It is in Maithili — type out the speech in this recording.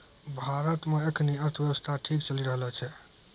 भारत मे एखनी अर्थव्यवस्था ठीक चली रहलो छै